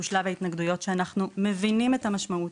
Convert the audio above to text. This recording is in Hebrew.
שהוא שלב ההתנגדויות שאנחנו מבינים את המשמעות.